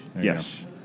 yes